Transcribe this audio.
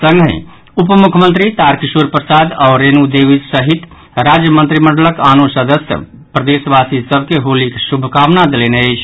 संगहि उपमुख्यमंत्री तारकिशोर प्रसाद आओर रेणु देवी सहित राज्यमंत्रिमंडलक आनो सदस्य सभ प्रदेशवासी सभ के होलीक शुभकामना देलनि अछि